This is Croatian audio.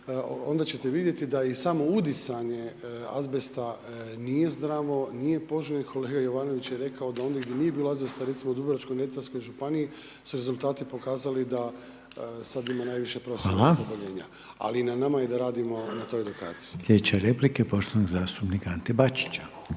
onda ćete vidjeti da i samo udisanje azbesta nije zdravo, nije poželjno. Kolega Jovanović je rekao da ondje gdje nije bilo azbesta recimo u Dubrovačko-neretvanskoj županiji su rezultati pokazali da sada ima najviše profesionalnih oboljenja. … /Upadica Reiner: Hvala./… Ali na nama je da radimo na toj edukaciji. **Reiner, Željko (HDZ)** Sljedeća replika je poštovanog zastupnika Ante Bačića.